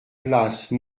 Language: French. place